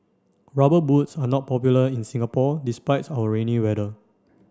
rubber boots are not popular in Singapore despite our rainy weather